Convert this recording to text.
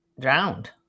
drowned